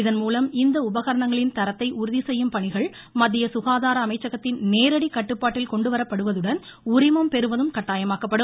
இதன்மூலம் இந்த உபகரணங்களின் தரத்தை உறுதி செய்யும் பணிகள் மத்திய சுகாதார அமைச்சகத்தின் நேரடி கட்டுப்பாட்டில் கொண்டுவரப்படுவதுடன் உரிமம் பெறுவதும் கட்டாயமாக்கப்படும்